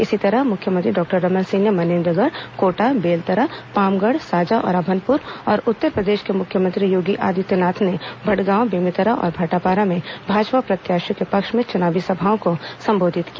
इसी तरह मुख्यमंत्री डॉक्टर रमन सिंह ने मनेन्द्रगढ़ कोटा बेलतरा पामगढ़ साजा और अभनपुर और उत्तर प्रदेश के मुख्यमंत्री योगी आदित्यनाथ ने भटगांव बेमेतरा और भाटापारा में भाजपा प्रत्याशियों के पक्ष में चुनावी सभाओं को संबोधित किया